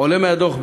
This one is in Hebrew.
עולה מהדוח,